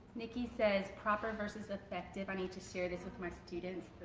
nikki says proper vs. effective, i need to share this with my students.